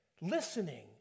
Listening